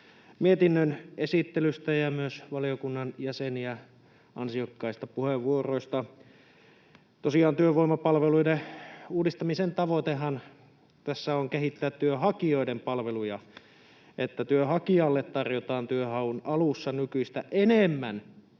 mietinnön esittelystä ja myös valiokunnan jäseniä ansiokkaista puheenvuoroista. Tosiaan työvoimapalveluiden uudistamisen tavoitehan tässä on kehittää työnhakijoiden palveluja, että työnhakijalle tarjotaan työnhaun alussa nykyistä enemmän